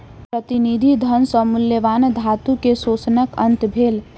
प्रतिनिधि धन सॅ मूल्यवान धातु के शोषणक अंत भेल